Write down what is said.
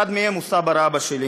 אחד מהם הוא סבא רבא שלי,